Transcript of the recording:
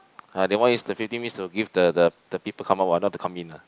ah that one is the fifteen minutes to give the the the people come out one not to come in ah